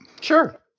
Sure